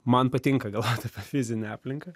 man patinka galvot apie fizinę aplinką